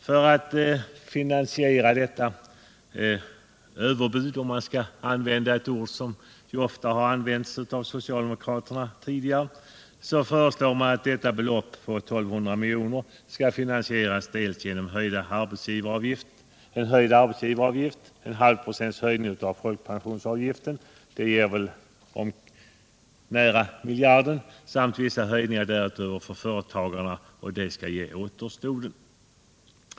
För att finansiera överbudet - om man skall använda ett ord som socialdemokraterna tidigare ofta har använt — föreslås att detta belopp, 1 200 milj.kr., skall finansieras genom höjning av folkpensionsavgiften med en halv procent vilket ger nära miljarden samt vissa höjningar därutöver för företagarna vilket skall betala återstoden av vad skattesänkningarna kostar.